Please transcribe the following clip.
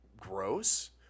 gross